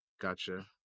gotcha